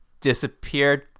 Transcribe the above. disappeared